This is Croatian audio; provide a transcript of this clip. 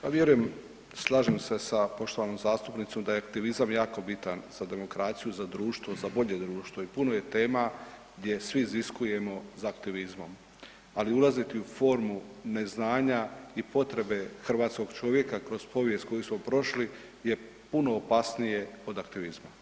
Pa vjerujem, slažem se sa poštovanom zastupnicom da aktivizam jako bitan za demokraciju, za društvo, za bolje društvo i puno je tema gdje svi iziskujemo za aktivizmom, ali ulaziti u formu neznanja i potrebe hrvatskog čovjeka kroz povijest koju smo prošli je puno opasnije od aktivizma.